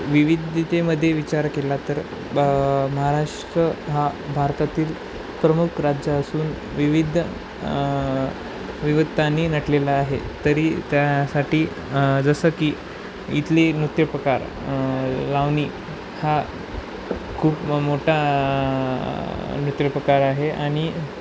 विविधतेमध्ये विचार केला तर ब महाराष्ट्र हा भारतातील प्रमुख राज्य असून विविध विविधतेने नटलेलं आहे तरी त्यासाठी जसं की इथली नृत्यप्रकार लावणी हा खूप मोठा नृत्यप्रकार आहे आणि